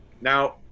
now